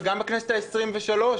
וגם בכנסת העשרים-ושלוש,